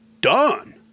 done